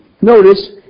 notice